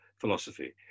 philosophy